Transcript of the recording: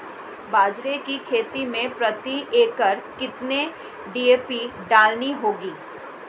बाजरे की खेती में प्रति एकड़ कितनी डी.ए.पी डालनी होगी?